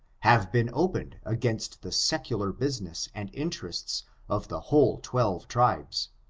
have been opened against the secular business and interests of the whole twelve tribes.